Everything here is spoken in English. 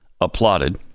applauded